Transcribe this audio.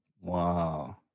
Wow